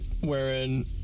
wherein